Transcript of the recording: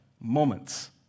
moments